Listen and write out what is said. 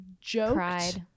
joked